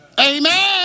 Amen